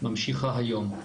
ממשיכה היום.